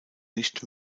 nicht